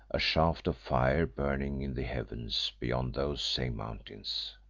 a shaft of fire burning in the heavens beyond those same mountains,